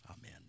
amen